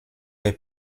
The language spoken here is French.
les